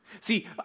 See